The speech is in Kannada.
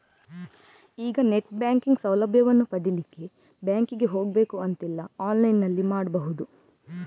ಈಗ ನೆಟ್ ಬ್ಯಾಂಕಿಂಗ್ ಸೌಲಭ್ಯವನ್ನು ಪಡೀಲಿಕ್ಕೆ ಬ್ಯಾಂಕಿಗೆ ಹೋಗ್ಬೇಕು ಅಂತಿಲ್ಲ ಆನ್ಲೈನಿನಲ್ಲಿ ಮಾಡ್ಬಹುದು